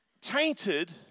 tainted